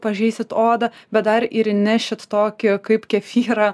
pažeisit odą bet dar ir įnešit tokį kaip kefyrą